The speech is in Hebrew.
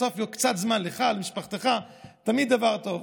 בסוף קצת זמן לך, למשפחתך, זה תמיד דבר טוב.